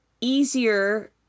easier